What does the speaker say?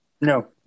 no